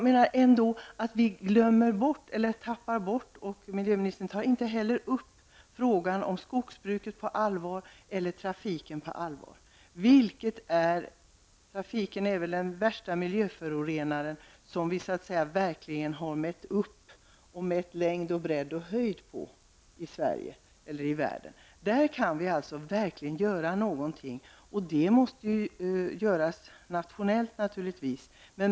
Men vi tappar bort -- miljöministern tar inte heller upp frågan -- skogsbruket och trafiken. Trafiken är väl den värsta miljöförorenaren som vi verkligen så att säga har mätt längden, bredden och höjden -- på, i Sverige och i världen. Där kan vi verkligen göra någonting. Det måste dock göras nationellt naturligtvis.